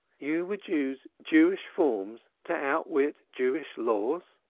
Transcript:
you would use jewish forms to outwit jewish laws?